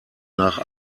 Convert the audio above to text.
nach